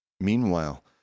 Meanwhile